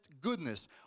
goodness